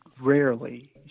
rarely –